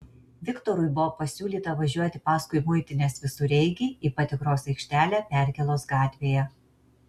viktorui buvo pasiūlyta važiuoti paskui muitinės visureigį į patikros aikštelę perkėlos gatvėje